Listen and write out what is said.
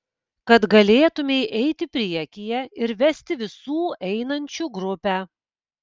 kad galėtumei eiti priekyje ir vesti visų einančių grupę